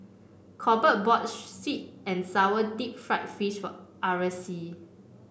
Corbett bought sweet and sour Deep Fried Fish for Aracely